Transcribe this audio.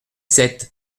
sept